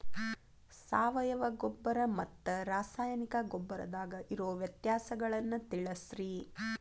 ಸಾವಯವ ಗೊಬ್ಬರ ಮತ್ತ ರಾಸಾಯನಿಕ ಗೊಬ್ಬರದಾಗ ಇರೋ ವ್ಯತ್ಯಾಸಗಳನ್ನ ತಿಳಸ್ರಿ